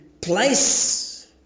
place